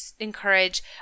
encourage